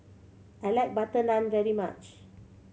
I like butter naan very much